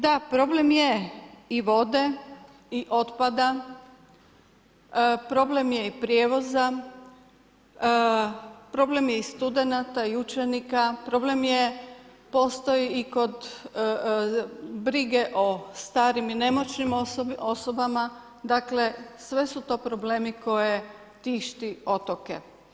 Da, problem je i vode i otpada, problem je i prijevoza, problem je i studenata i učenika, problem je, postoji i kod brige o starim i nemoćnim osobama, dakle, sve su to problemi koje tišti otoke.